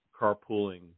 carpooling